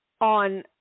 on